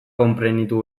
konprenitu